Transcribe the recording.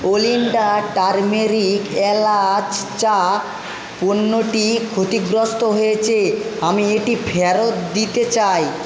Olinda turmeric এলাচ চা পণ্যটি ক্ষতিগ্রস্ত হয়েছে আমি এটি ফেরত দিতে চাই